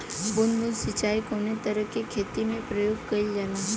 बूंद बूंद सिंचाई कवने तरह के खेती में प्रयोग कइलजाला?